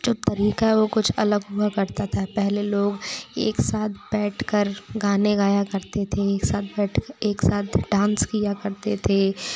जो तरीक़ा है वो कुछ अलग हुआ करता था पहले लोग एक साथ बैठ कर गाने गया करते थे एक साथ बैठ एक साथ डांस किया करते थे